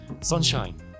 Sunshine